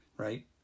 Right